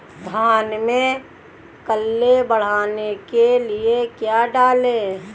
धान में कल्ले बढ़ाने के लिए क्या डालें?